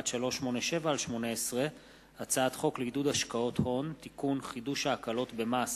האזרחות (תיקון, ביטול אזרחות),